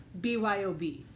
BYOB